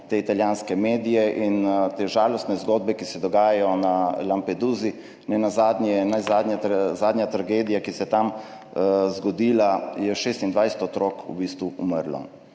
te italijanske medije in te žalostne zgodbe, ki se dogajajo na Lampedusi. V zadnji tragediji, ki se je tam zgodila, je 26 otrok umrlo.